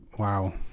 Wow